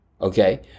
okay